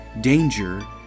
danger